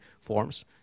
forms